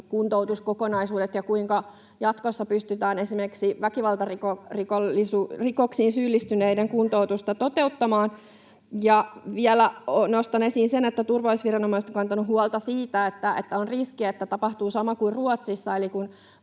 mielenterveyskuntoutuskokonaisuudet, ja kuinka jatkossa pystytään esimerkiksi väkivaltarikosrikoksiin syyllistyneiden kuntoutusta toteuttamaan? Vielä nostan esiin sen, että turvallisuusviranomaiset ovat kantaneet huolta siitä, että on riski, että tapahtuu sama kuin Ruotsissa,